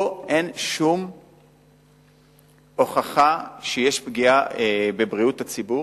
פה אין שום הוכחה שיש פגיעה בבריאות הציבור.